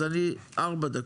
אז ארבע דקות,